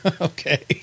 Okay